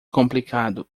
complicado